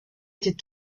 était